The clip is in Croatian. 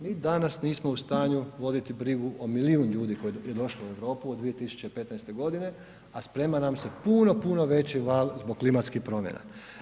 Mi danas nismo u stanju voditi brigu o milijun ljudi koji je došlo u Europu od 2015.g., a sprema nam se puno, puno veći val zbog klimatskih promjena.